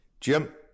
Jim